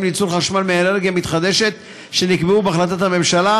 לייצור חשמל מאנרגיה מתחדשת שנקבעו בהחלטת הממשלה,